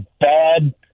bad –